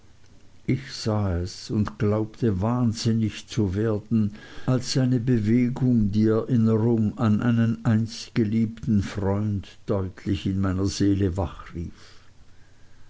ich sah es und glaubte wahnsinnig zu werden als seine bewegung die erinnerung an einen einst geliebten freund deutlich in meiner seele wachrief